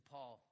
Paul